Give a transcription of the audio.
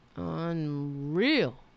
Unreal